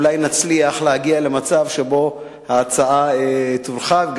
אולי נצליח להגיע למצב שבו ההצעה תורחב.